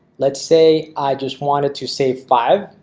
let's say i just wanted to save five,